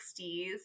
60s